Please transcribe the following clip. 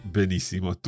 benissimo